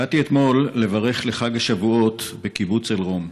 באתי אתמול לברך לחג השבועות בקיבוץ אל-רום.